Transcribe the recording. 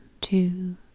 two